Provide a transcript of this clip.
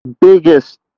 Biggest